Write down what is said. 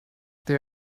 they